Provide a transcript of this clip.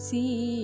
See